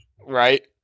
Right